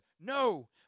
no